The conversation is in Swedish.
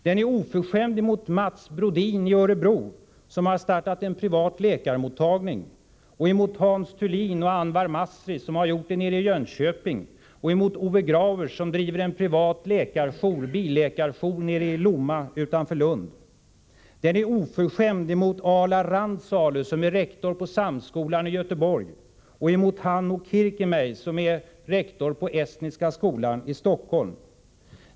Den är oförskämd emot Mats Brodin i Örebro, som har startat en privat läkarmottagning, emot Hans Thulin och Anwar Masri som har gjort det i Jönköping och emot Ove Grauers, som driver en privat billäkarjour i Lomma utanför Lund. Den är oförskämd emot Alar Randsalu, som är rektor på Samskolan i Göteborg, och emot Hanno Kirikmäe, som är rektor på Estniska skolan i Stockholm.